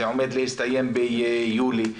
זה עומד להסתיים ביולי.